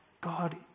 God